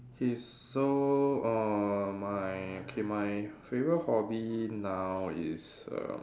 okay so err my okay my favorite hobby now is err